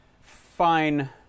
fine